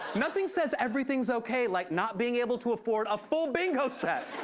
nothing says everything's okay like not being able to afford a full bingo set,